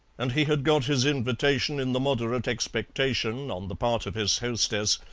and he had got his invitation in the moderate expectation, on the part of his hostess,